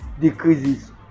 decreases